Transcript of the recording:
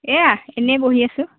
এয়া এনেই বহি আছোঁ